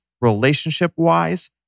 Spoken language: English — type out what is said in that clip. relationship-wise